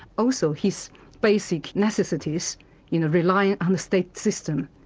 also his basic necessities you know rely on the state system.